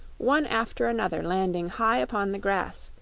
one after another landing high upon the grass,